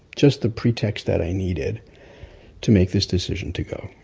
just the pretext that i needed to make this decision to go.